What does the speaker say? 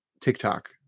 TikTok